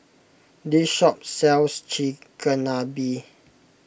this shop sells Chigenabe